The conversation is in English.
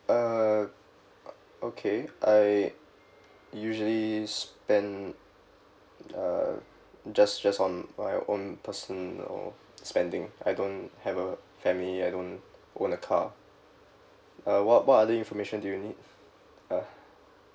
uh okay I usually spend uh just just on my own personal spending I don't have a family I don't own a car uh what what other information do you need ah